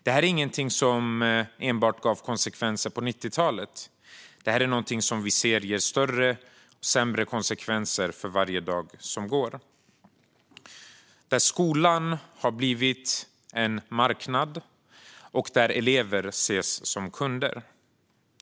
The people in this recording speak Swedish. Detta gav inte konsekvenser enbart på 90-talet, utan vi ser att det ger större och värre konsekvenser för varje dag som går. Skolan har blivit en marknad, och elever ses som kunder.